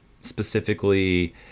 specifically